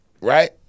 Right